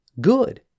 good